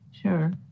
Sure